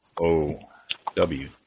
O-W